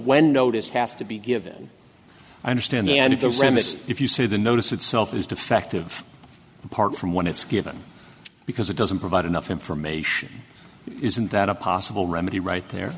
when notice has to be given i understand the end of the exam is if you say the notice itself is defective apart from one it's given because it doesn't provide enough information isn't that a possible remedy right there